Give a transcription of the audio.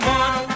one